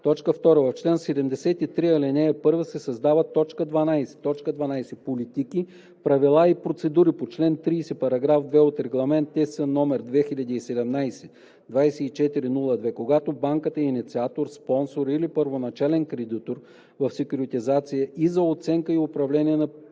2. В чл. 73, ал. 1 се създава т. 12: „12. политики, правила и процедури по чл. 30, параграф 2 от Регламент (ЕС) № 2017/2402, когато банката е инициатор, спонсор или първоначален кредитор в секюритизация и за оценка и управление на